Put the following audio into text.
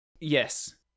Yes